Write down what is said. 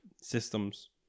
systems